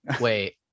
wait